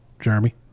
Jeremy